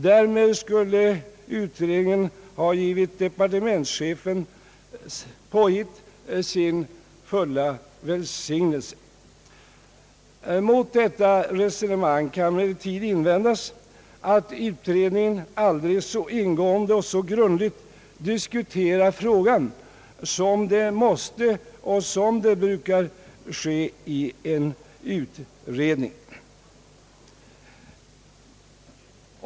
Därmed skulle utredningen ha givit departementschefens påhitt sin fulla välsignelse. Mot detta resonemang kan emellertid invändas att utredningen aldrig så ingående och grundligt diskuterat frågan som det måste och brukar ske i en ut redning.